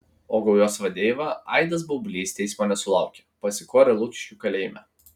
o gaujos vadeiva aidas baublys teismo nesulaukė pasikorė lukiškių kalėjime